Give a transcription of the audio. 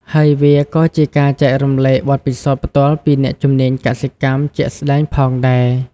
ហើយវាក៏ជាការចែករំលែកបទពិសោធន៍ផ្ទាល់ពីអ្នកជំនាញកសិកម្មជាក់ស្តែងផងដែរ។